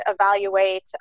evaluate